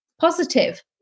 positive